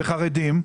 וחרדים.